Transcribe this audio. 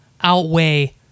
outweigh